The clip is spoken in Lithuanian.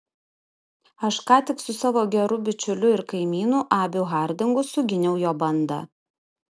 aš ką tik su savo geru bičiuliu ir kaimynu abiu hardingu suginiau jo bandą